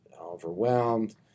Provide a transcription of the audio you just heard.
overwhelmed